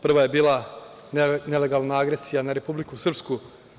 Prva je bila nelegalna agresija na Republiku Srpsku.